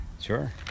Sure